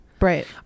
Right